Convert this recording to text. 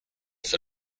for